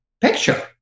picture